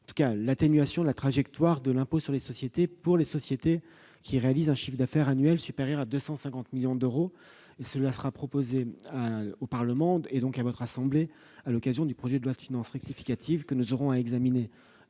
Quant à l'atténuation de la trajectoire de l'impôt sur les sociétés pour les entreprises réalisant un chiffre d'affaires annuel supérieur à 250 millions d'euros, elle sera proposée au Parlement, et donc à votre assemblée, dans le cadre du projet de loi de finances rectificative. Nous gardons en